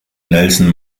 nelson